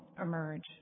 emerge